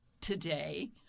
today